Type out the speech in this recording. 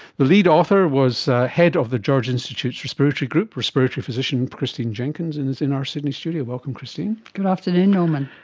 the lead author was head of the george institute respiratory group, respiratory physician christine jenkins, and she's in our sydney studio. welcome, christine. good afternoon, norman.